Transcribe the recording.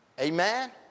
Amen